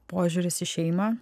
požiūris į šeimą